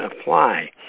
apply